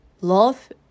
love